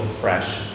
fresh